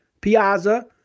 Piazza